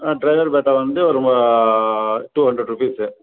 driver batta வந்து ஒரு two hundred rupees